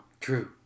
True